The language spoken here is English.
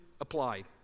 applied